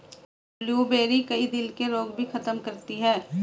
blueberry, कई दिल के रोग भी खत्म करती है